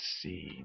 see